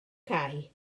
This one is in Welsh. cae